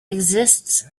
exists